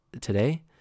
today